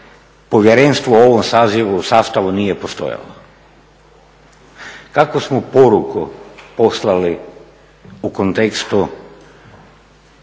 povjerenstvo u ovom sastavu nije postojalo. Kakvu smo poruku poslali u kontekstu